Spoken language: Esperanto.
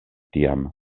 tiam